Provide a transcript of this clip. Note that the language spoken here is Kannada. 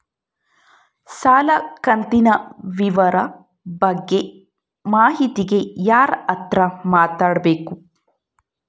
ಸಾಲ ಕಂತಿನ ವಿವರ ಬಗ್ಗೆ ಮಾಹಿತಿಗೆ ಯಾರ ಹತ್ರ ಮಾತಾಡಬೇಕು?